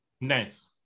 Nice